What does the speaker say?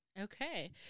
okay